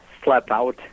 slapout